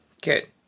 good